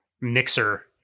mixer